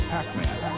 Pac-Man